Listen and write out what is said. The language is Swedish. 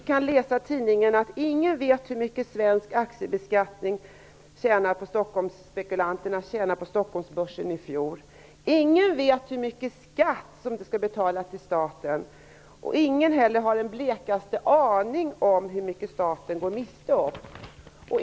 Herr talman! Jag har en fråga till statsministern. Vi kan läsa i tidningarna att ingen vet hur mycket spekulanterna på Stockholmsbörsen tjänade i fjol, med avseende på den svenska aktiebeskattningen. Ingen vet hur mycket skatt som skall betalas till staten. Ingen har heller den blekaste aning om hur mycket staten går miste om.